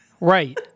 Right